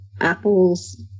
Apple's